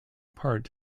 part